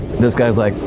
this guy's like,